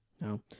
no